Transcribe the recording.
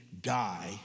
die